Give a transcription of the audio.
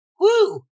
Woo